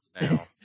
now